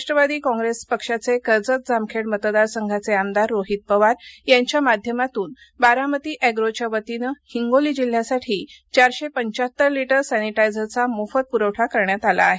Rashtrawadi Congress पक्षाचे कर्जत जामखेड मतदारसंघाचे आमदार रोहित पवार यांच्या माध्यमातून बारामती अँग्रोच्या वतीने हिंगोली जिल्ह्यासाठी चारशे पंचाहत्तर लिटर सॅनिटायझरचा मोफत पुरवठा करण्यात आला आहे